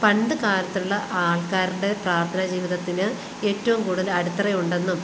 പണ്ട് കാലത്തുള്ള ആൾക്കാരുടെ പ്രാർത്ഥനാ ജീവിതത്തിന് ഏറ്റവും കൂടുതൽ അടിത്തറയുണ്ടെന്നും